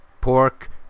pork